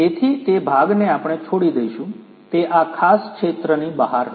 તેથી તે ભાગને આપણે છોડી દઇશું તે આ ખાસ ક્ષેત્રની બહાર હશે